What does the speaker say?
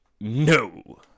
No